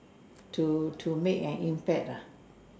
to to make an impact lah